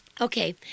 Okay